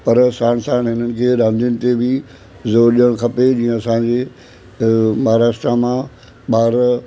पर साणि साणि हिननि खे रांदियुनि ते बि ज़ोरु ॾियणु खपे जीअं असांजे महाराष्ट्रा मां ॿार